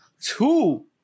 Two